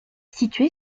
situé